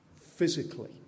physically